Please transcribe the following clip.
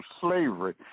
slavery